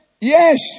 yes